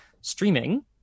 streaming